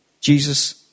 Jesus